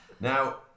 Now